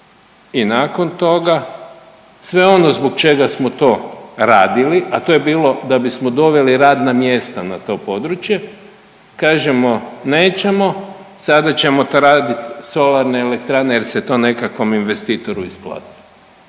I nakon toga sve ono zbog čega smo to radili, a to je bilo da bismo doveli radna mjesta na to područje, kažemo nećemo, sada ćemo tu radit solarne elektrane jer se to nekakvom investitoru isplatilo.